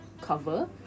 cover